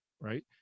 right